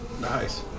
nice